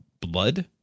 blood